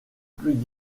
plug